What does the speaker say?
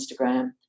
Instagram